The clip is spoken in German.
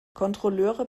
kontrolleure